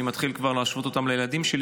אני מתחיל להשוות אותם לילדים שלי.